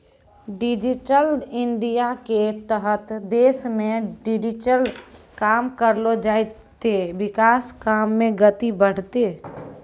digital इंडियाके तहत देशमे डिजिटली काम करलो जाय ते विकास काम मे गति बढ़तै